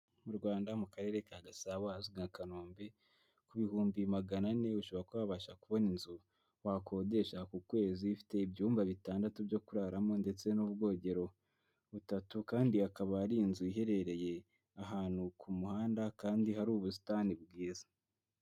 Mu Rwanda mu karere ka gasabo ahazwi kanombe. Ku bihumbi magana ane ushobora ko wabasha kubona inzu, wakodesha ku kwezi ifite ibyumba bitandatu byo kuraramo ndetse n'ubwogero, butatu kandi hakaba ari inzu iherereye, ahantu ku muhanda kandi hari ubusitani bwiza.